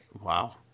Wow